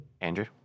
andrew